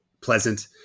pleasant